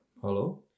hello